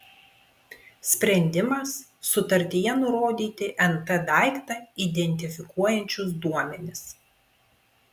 sprendimas sutartyje nurodyti nt daiktą identifikuojančius duomenis